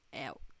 out